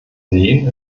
sehen